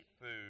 food